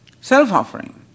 Self-offering